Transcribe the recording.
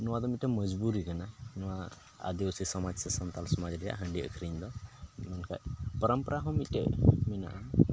ᱱᱚᱣᱟ ᱫᱚ ᱢᱤᱫᱴᱮᱱ ᱢᱚᱡᱽᱵᱩᱨᱤ ᱠᱟᱱᱟ ᱱᱚᱣᱟ ᱟᱹᱫᱤᱵᱟᱹᱥᱤ ᱥᱚᱢᱟᱡᱽ ᱥᱮ ᱥᱟᱱᱛᱟᱲ ᱥᱚᱢᱟᱡᱽ ᱨᱮᱭᱟᱜ ᱦᱟᱺᱰᱤ ᱟᱠᱷᱨᱤᱧ ᱫᱚ ᱢᱮᱱᱠᱷᱟᱱ ᱯᱚᱨᱚᱢ ᱯᱚᱨᱟ ᱦᱚᱸ ᱢᱤᱫᱴᱮᱱ ᱢᱮᱱᱟᱜᱼᱟ